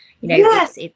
Yes